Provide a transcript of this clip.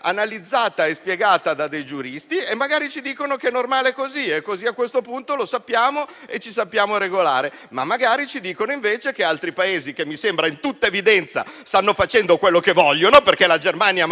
analizzata e spiegata da dei giuristi. Magari ci dicono che è normale così; a questo punto ne siamo a conoscenza e ci sappiamo regolare. Magari ci dicono invece che altri Paesi, come mi sembra di tutta evidenza, stanno facendo quello che vogliono. La Germania manda